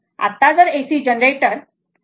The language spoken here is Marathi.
आत्ता जर AC जनरेटर तर मी ते समजावतो